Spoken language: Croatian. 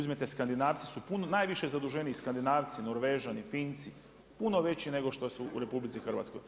Skandinavci su najviše zaduženiji, Skandinavci, Norvežani, Finci, puno veći nego što su u RH.